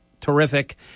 terrific